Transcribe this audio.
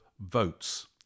votes